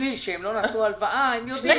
שלשליש שהם לא נתנו הלוואה, הם יודעים.